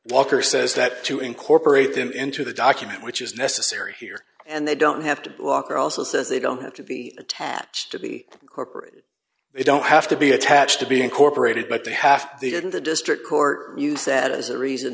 walker says that to incorporate them into the document which is necessary here and they don't have to block or also says they don't have to be attached to be incorporated they don't have to be attached to be incorporated but they have to get in the district court you set as a reason